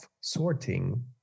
sorting